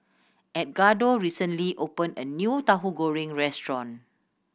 Edgardo recently opened a new Tahu Goreng restaurant